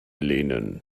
lehnen